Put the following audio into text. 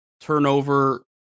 turnover